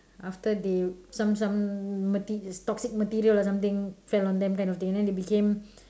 after they some some mater~ is toxic material or something fell on them kind of thing then they became